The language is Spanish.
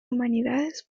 humanidades